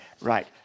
right